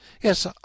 Yes